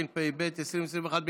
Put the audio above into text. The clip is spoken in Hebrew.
התשפ"ב 2021,